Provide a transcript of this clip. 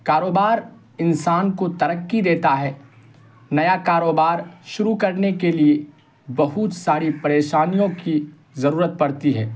کاروبار انسان کو ترقی دیتا ہے نیا کاروبار شروع کرنے کے لیے بہت ساری پریشانیوں کی ضرورت پڑتی ہے